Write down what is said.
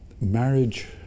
marriage